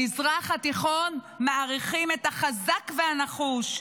במזרח התיכון מעריכים את החזק והנחוש,